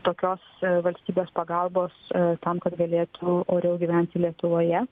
tokios valstybės pagalbos tam kad galėtų oriau gyventi lietuvoje